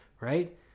right